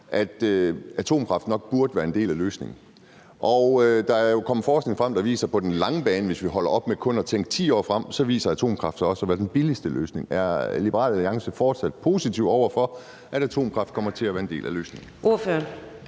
at atomkraft nok burde være en del af løsningen. Der er jo kommet forskning frem, der viser, at på den lange bane, hvis vi holder op med kun at tænke 10 år frem, viser atomkraft sig også at være den billigste løsning. Er Liberal Alliance fortsat positive over for, at atomkraft kommer til at være en del af løsningen?